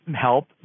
help